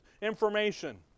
information